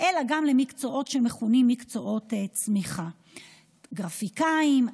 אלא גם למקצועות שמכונים מקצועות צמיחה: גרפיקאים,